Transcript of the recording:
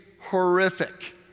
horrific